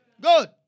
Good